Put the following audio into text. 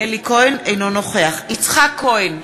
אינו נוכח יצחק כהן,